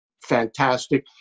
fantastic